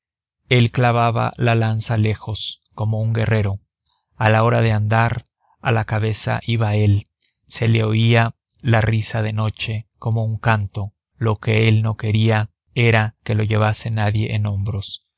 él clavaba la lanza lejos como un guerrero a la hora de andar a la cabeza iba él se le oía la risa de noche como un canto lo que él no quería era que lo llevase nadie en hombros